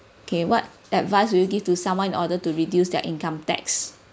K what advice would you give to someone in order to reduce their income tax